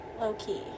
Low-key